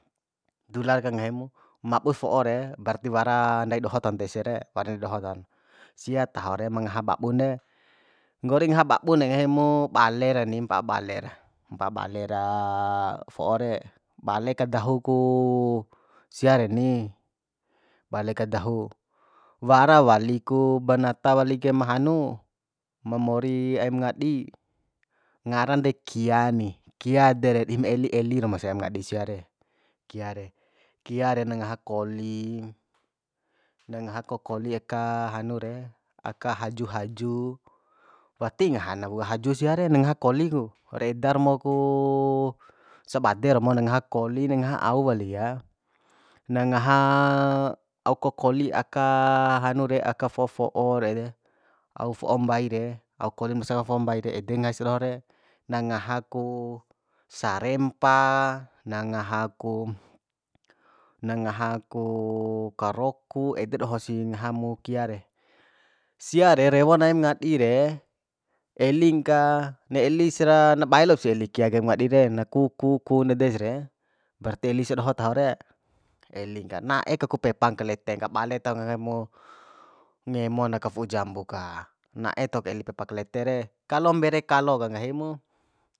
Dula reka nggahi mu mabu fo'o re berati wara ndai doho tahon de ese re wara ndai doho tahon sia taho re ma ngaha babun re nggori ngaha babun de nggahimu bale rani mpa'a bale ra mpa'a bale ra fo'o re bale kadahu ku sia reni bale kadahu ku wara wali ku banata wali kem hanu ma mori aim ngadi ngaran de kia ni kia dere dim eli eli romo sia aim ngadi sia re kia re kia re na ngaha koli na ngaha kokoli aka nahu re aka haju haju wati ngaha na wua haju su=ia re na ngaha koli ku ra eda romo ku sabade romo na ngaha koli na ngaha au walik ya na ngaha au kokoli aka hanu re aka fofo'o rere au fo'o mbai re au kolim losa ka fo'o mbai re ede ngaha sia doho re na ngaha ku sarempa na ngaha kum na ngaha ku karoku ede doho si ngaha mu kia re sia re rewon aim ngadi re eling ka na elisara na bae lop sih eli kia ke aim ngadi re na ku ku ku ndede sa re berati eli sia doho taho re elin ka na'e ku pepan kaleten ka bale tahon ka nggahimu ngemon aka fu'u jambu ka na'e taho eli pepa kalete re kalo mbere kalo ka nggahi mu